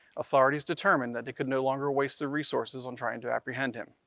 authorities determined that they could no longer waste their resources on trying to apprehend him.